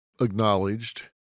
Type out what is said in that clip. acknowledged